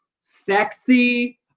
sexy